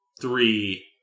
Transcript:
three